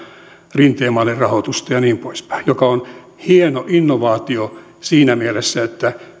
rinteen mallin rahoitusta ja niin poispäin joka on hieno innovaatio siinä mielessä että